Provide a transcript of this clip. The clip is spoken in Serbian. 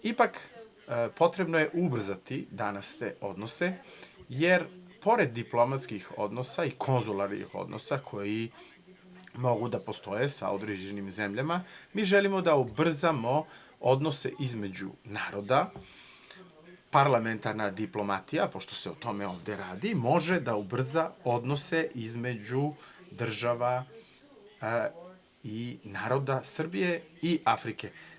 Ipak, potrebno je ubrzati danas te odnose, jer pored diplomatskih odnosa i konzularnih odnosa, koji mogu da postoje sa određenim zemljama, mi želimo da ubrzamo odnose između naroda, parlamentarna diplomatija, pošto se o tome ovde radi, može da ubrza odnose između država i naroda Srbije i Afrike.